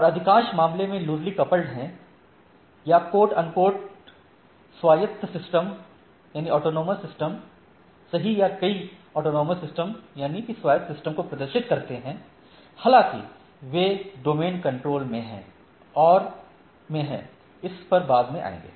और अधिकांश मामले वे लूजली कपल्ड हैं या कोट अन्कोट स्वायत्त सिस्टम सही या कई स्वायत्त सिस्टम को प्रदर्शित करते हैं हालांकि वे डोमेन कंट्रोल में हैं इस पर बाद में आएंगे